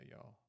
y'all